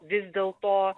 vis dėlto